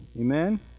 amen